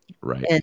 Right